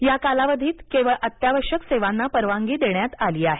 या कालावधीत केवळ अत्यावश्यक सेवांना परवानगी देण्यात आली आहे